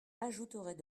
ajouterait